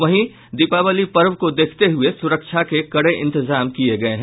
वहीं दीपावली पर्व को देखते हुये सुरक्षा के कड़े इंतजाम किये गये हैं